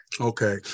Okay